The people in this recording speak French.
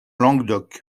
languedoc